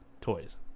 toys